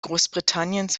großbritanniens